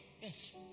Yes